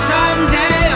Someday